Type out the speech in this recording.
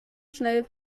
schnell